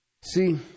See